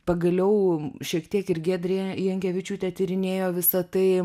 pagaliau šiek tiek ir giedrė jankevičiūtė tyrinėjo visa tai